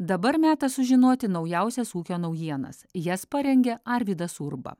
dabar metas sužinoti naujausias ūkio naujienas jas parengė arvydas urba